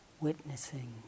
witnessing